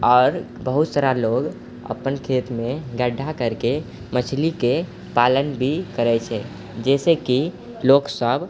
आओर बहुत सारा लोग अपन खेतमे गढ्ढा करिके मछलीके पालन भी करए छै जैसे कि लोक सब